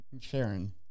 Sharon